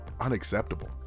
unacceptable